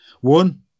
one